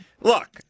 Look